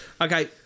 okay